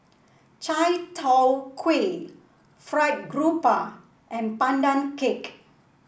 Chai Tow Kway fried grouper and Pandan Cake